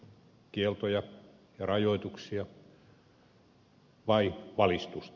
kieltoja ja rajoituksia vai valistusta